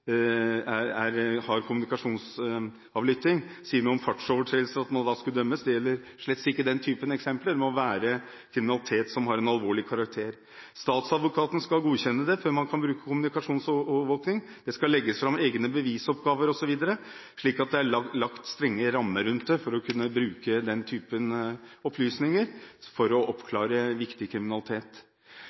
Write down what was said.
fartsovertredelser – hvis man sier noe i telefonen til en som er kommunikasjonsovervåket, f.eks. om fartsovertredelser, og at man da kan bli dømt. Det gjelder slett ikke den type eksempler, det må være kriminalitet av en alvorlig karakter. Statsadvokaten skal godkjenne dette, før man kan bruke kommunikasjonsovervåkning, og det skal legges fram egne bevisoppgaver, osv., så det er lagt strenge rammer rundt det å kunne bruke denne type opplysninger til å oppklare alvorlig kriminalitet.